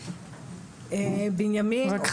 רק,